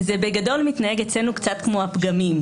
בגדול, זה מתנהל אצלנו בדומה לפגמים.